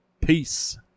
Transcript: Peace